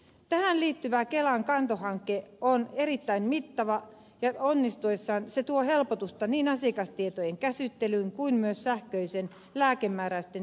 tähän liittyvä kelan kanto hanke on erittäin mittava ja onnistuessaan se tuo helpotusta niin asiakastietojen käsittelyyn kuin myös sähköisten lääkemääräysten tekemisiin apteekkeihin